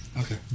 okay